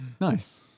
Nice